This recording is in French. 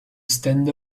stand